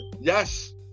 Yes